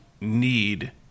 need